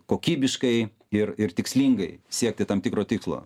kokybiškai ir ir tikslingai siekti tam tikro tikslo